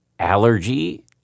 allergy